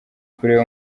kureba